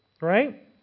right